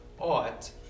ought